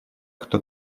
кто